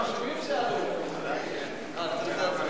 מטעמים של שמירה על ביטחון המדינה,